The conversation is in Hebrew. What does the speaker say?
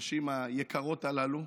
הנשים היקרות הללו,